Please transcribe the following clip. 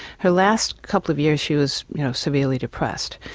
her last couple of years she was you know severely depressed.